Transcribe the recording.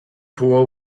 pool